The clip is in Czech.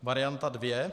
Varianta 2.